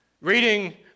Reading